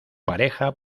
pareja